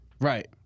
Right